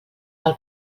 cal